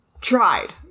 tried